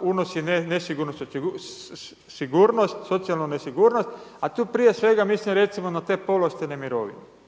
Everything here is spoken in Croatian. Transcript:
unosi nesigurnost u sigurnost, socijalnu nesigurnost. A tu prije svega mislim recimo na te povlaštene mirovine.